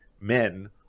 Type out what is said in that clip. men